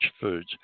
foods